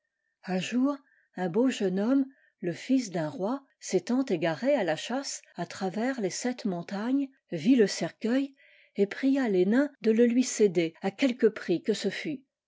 un jour un beau jeune homme le lils d'un roi s'étant égaré à la chasse à travers les sept monta gnes vit le cercueil et pria les nains de le lui céder à quelque prix que ce fût